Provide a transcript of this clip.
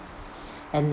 and